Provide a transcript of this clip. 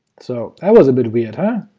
so that was a bit weird, huh?